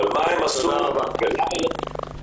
אבל מה הם עשו לא ידוע לי.